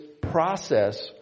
process